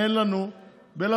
אין לנו בלבן,